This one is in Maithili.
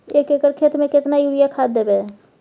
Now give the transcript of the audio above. एक एकर खेत मे केतना यूरिया खाद दैबे?